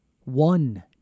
one